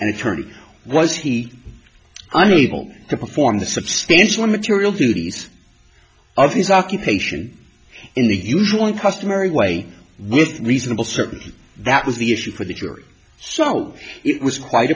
an attorney was he unable to perform the substantial material duties of these occupation in the usual and customary way with reasonable certainty that was the issue for the jury so it was quite